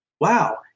wow